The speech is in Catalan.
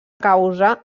causa